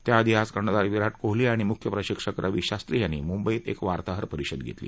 त्याआधी आज कर्णधार विराट कोहली आणि मुख्य प्रशिक्षक रवी शास्त्री यांनी मुंबईत एक वार्ताहर परिषद घेतली